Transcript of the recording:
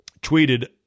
tweeted